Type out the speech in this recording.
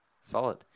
Solid